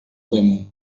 بمون